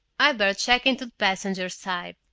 i'd better check into the passenger side,